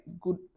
good